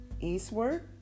eastward